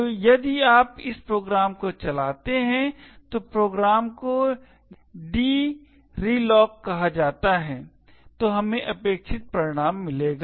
तो यदि आप इस प्रोग्राम को चलाते हैं तो प्रोग्राम को dreloc कहा जाता है तो हमें अपेक्षित परिणाम मिलेगा